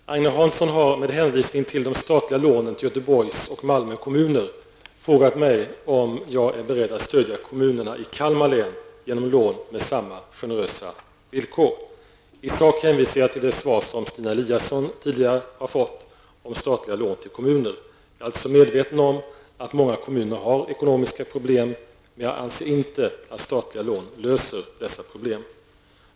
Herr talman! Agne Hansson har med hänvisning till de statliga lånen tll Göteborgs och Malmö kommuner frågat mig om jag är beredd att stödja kommunerna i Kalmar län genom lån med samma generösa villkor. I sak hänvisar jag till det svar som Stina Eliasson tidigare har fått om statliga lån till kommuner. Jag är alltså medveten om att många kommuner har ekonomiska problem, men jag anser inte att statliga lån löser dessa problem.